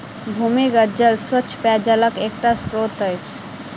भूमिगत जल स्वच्छ पेयजलक एकटा स्त्रोत अछि